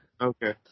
Okay